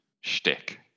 shtick